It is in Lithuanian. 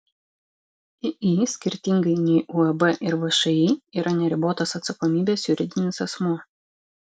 iį skirtingai nei uab ir všį yra neribotos atsakomybės juridinis asmuo